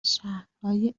شهرهای